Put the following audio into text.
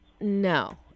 no